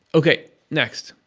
okay, next.